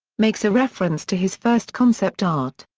makes a reference to his first concept art.